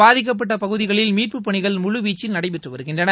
பாதிக்கப்பட்ட பகுதிகளில் மீட்புப்பணிகள் முழுவீச்சில் நடைபெற்று வருகின்றன